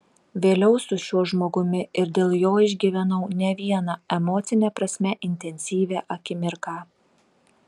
vėliau su šiuo žmogumi ir dėl jo išgyvenau ne vieną emocine prasme intensyvią akimirką